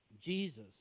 Jesus